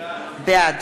בעד